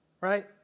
Right